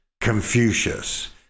Confucius